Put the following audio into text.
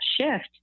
shift